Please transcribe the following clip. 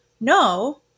no